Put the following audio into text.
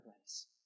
place